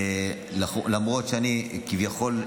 למרות שאני כביכול,